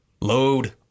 Load